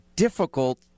difficult